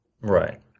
Right